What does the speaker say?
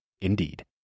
Indeed